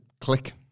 click